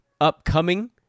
upcoming